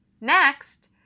Next